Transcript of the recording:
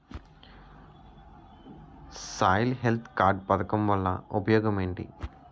Soil health card పథకం వల్ల ఉపయోగం ఏంటి?